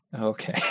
Okay